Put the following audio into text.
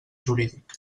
jurídic